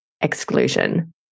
exclusion